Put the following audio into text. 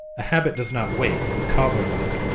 a habit does not wait, micawber-like,